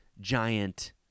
giant